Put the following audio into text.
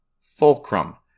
Fulcrum